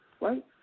right